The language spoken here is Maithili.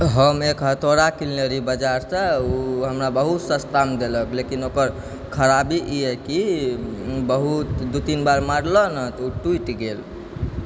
हम एक हथौड़ा किनले रहियै बजारसँ ओ हमरा बहुत सस्तामे देलक लेकिन ओकर खराबी ई यऽ कि बहुत दू तीन बार मारलऽ ने उ टूटि गेल